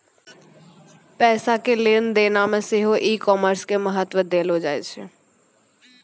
पैसा के लेन देनो मे सेहो ई कामर्स के महत्त्व देलो जाय छै